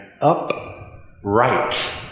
upright